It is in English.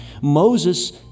Moses